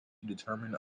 determine